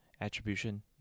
Attribution